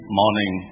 morning